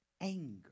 anger